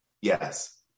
yes